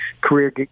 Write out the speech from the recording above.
career